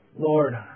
Lord